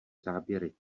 záběry